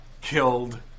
killed